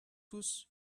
tous